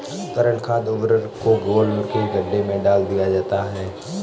तरल खाद उर्वरक को घोल के गड्ढे में डाल दिया जाता है